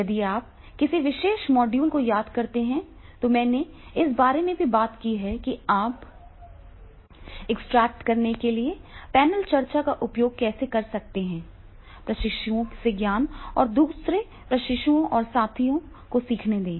यदि आप किसी विशेष मॉड्यूल को याद करते हैं तो मैंने इस बारे में बात की है कि आप एक्सट्रैक्ट करने के लिए पैनल चर्चा का उपयोग कैसे कर सकते हैं प्रशिक्षुओं से ज्ञान और दूसरे प्रशिक्षुओं और साथियों को सीखने दें